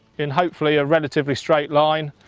in hopefully a relatively straight line,